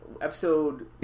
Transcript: episode